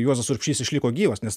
juozas urbšys išliko gyvas nes